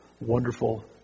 wonderful